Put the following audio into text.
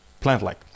plant-like